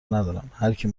ندارم، هرکی